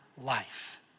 life